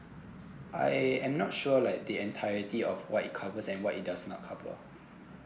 I am not sure like the entirety of what it's covers and what it does not cover